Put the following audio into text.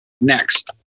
next